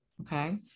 Okay